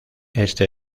este